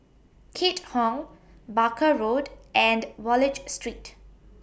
Keat Hong Barker Road and Wallich Street